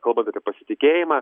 kalbant apie pasitikėjimą